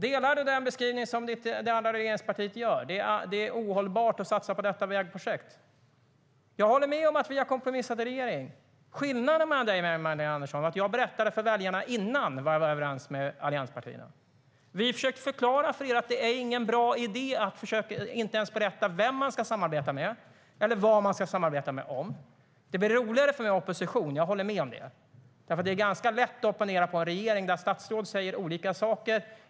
Delar ni beskrivningen från det andra regeringspartiet att det är ohållbart att satsa på detta vägprojekt? Det blir roligare för mig i opposition; det håller jag med om. Det är ju ganska lätt att opponera på en regering där statsråd säger olika saker.